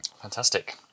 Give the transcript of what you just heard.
Fantastic